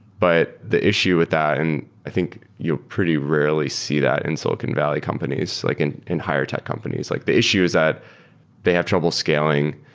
but the issue with that, and i think you pretty rarely see that in silicon valley companies, companies, like in in higher tech companies. like the issue is that they have trouble scaling.